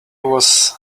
was